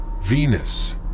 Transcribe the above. Venus